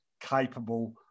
capable